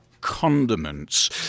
condiments